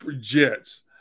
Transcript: jets